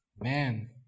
Man